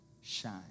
shine